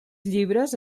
llibres